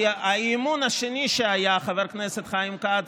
כי האי-אמון השני היה, חבר הכנסת חיים כץ,